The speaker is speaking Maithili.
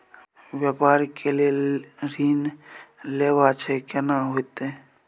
व्यापार के लेल ऋण लेबा छै केना होतै?